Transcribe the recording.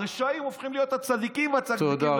הכול הפוך: הרשעים הופכים להיות הצדיקים והצדיקים,